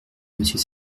monsieur